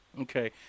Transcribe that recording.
Okay